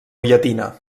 llatina